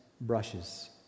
brushes